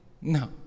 No